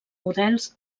models